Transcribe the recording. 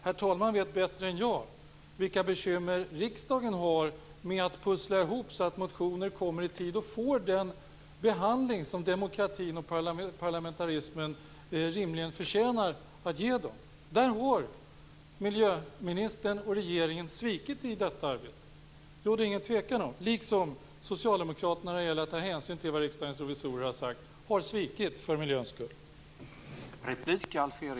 Herr talmannen vet bättre än jag vilka bekymmer riksdagen har med att pussla ihop så att motioner kommer i tid och får den behandling som de enligt demokratin och parlamentarismen rimligen förtjänar. Där har miljöministern och regeringen svikit - det råder ingen tvekan om det - liksom socialdemokraterna gjort när det gäller att ta hänsyn till vad revisorerna har sagt.